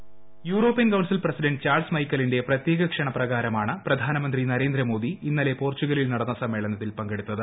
voice European council president Charles മൈക്കലിന്റെ പ്രത്യേക ക്ഷണപ്രകാരമാണ് പ്രധാനമന്ത്രി നരേന്ദ്രമോദി ഇന്നലെ പോർച്ചുഗലിൽ നടന്ന സമ്മേളനത്തിൽ പങ്കെടുത്തത്